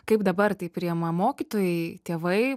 kaip dabar tai priėma mokytojai tėvai